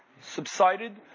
subsided